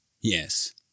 Yes